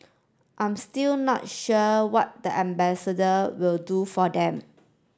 I'm still not sure what the ambassador will do for them